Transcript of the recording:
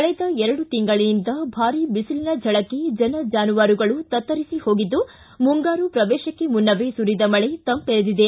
ಕಳೆದ ಎರಡು ತಿಂಗಳಿನಿಂದ ಭಾರಿ ಬಿಸಿಲಿನ ರುಳಕ್ಕೆ ಜನ ಜಾನುವಾರುಗಳು ತತ್ತರಿಸಿ ಹೋಗಿದ್ದು ಮುಂಗಾರು ಶ್ರವೇಶಕ್ಕೆ ಮುನ್ನವೇ ಸುರಿದ ಮಳೆ ತಂಪೆರೆದಿದೆ